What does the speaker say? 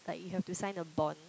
like you have to sign a bond